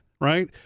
right